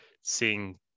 seeing